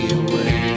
away